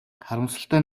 харамсалтай